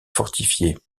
fortifiée